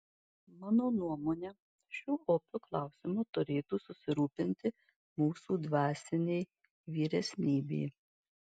mano nuomone šiuo opiu klausimu turėtų susirūpinti mūsų dvasinė vyresnybė